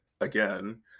again